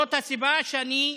זאת הסיבה שאני,